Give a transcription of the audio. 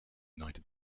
united